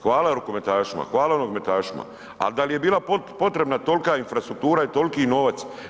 Hvala rukometašima, hvala nogometašima al da je bila potrebna tolika infrastruktura i toliki novac.